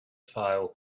file